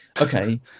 okay